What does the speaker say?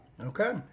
Okay